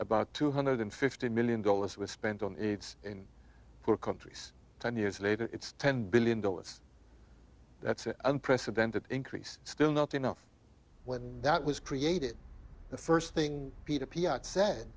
about two hundred fifty million dollars was spent on aids in poor countries ten years later it's ten billion dollars that's unprecedented increase still not enough when that was created the first thing peta p r sa